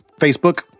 Facebook